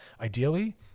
Ideally